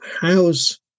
how's